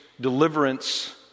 deliverance